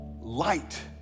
Light